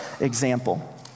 example